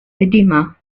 edema